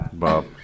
Bob